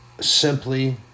simply